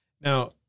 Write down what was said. Now